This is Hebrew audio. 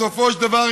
בסופו של דבר,